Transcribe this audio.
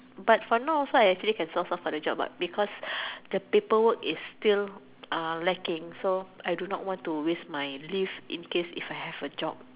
but for now also I can solve up for my job because the paperwork is still lacking so I do not want to waste my leave in case if I got a job